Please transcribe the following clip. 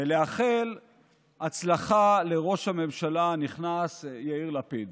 ולאחל הצלחה לראש הממשלה הנכנס יאיר לפיד.